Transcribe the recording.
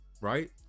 right